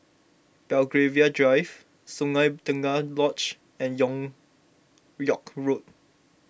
Belgravia Drive Sungei Tengah Lodge and York York Road